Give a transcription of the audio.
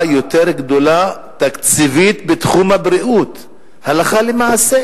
תקציבית יותר גדולה בתחום הבריאות הלכה למעשה.